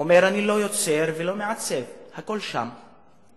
והוא אמר: אני לא יוצר ולא מעצב, הכול שם באבן,